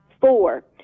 four